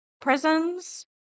prisons